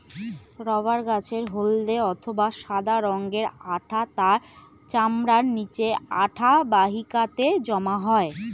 rubber গাছের হল্দে অথবা সাদা রঙের আঠা তার চামড়ার নিচে আঠা বাহিকাতে জমা হয়